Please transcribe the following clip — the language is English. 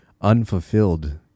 unfulfilled